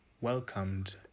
welcomed